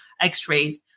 x-rays